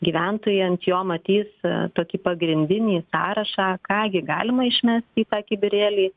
gyventojai ant jo matys tokį pagrindinį sąrašą ką gi galima išmesti į tą kibirėlį